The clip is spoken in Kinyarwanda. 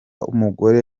umugore